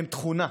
הם תכונה.